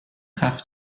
have